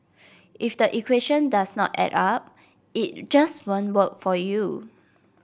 if the equation does not add up it just won't work for you